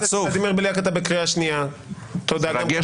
אתה מדבר